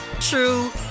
true